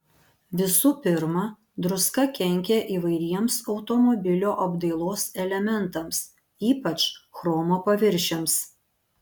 visų pirma druska kenkia įvairiems automobilio apdailos elementams ypač chromo paviršiams